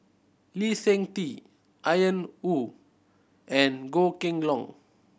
Lee Seng Tee Ian Woo and Goh Kheng Long